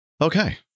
Okay